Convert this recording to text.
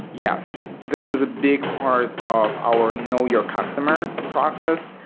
yes. this is a big part of our know your customer process,